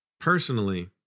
Personally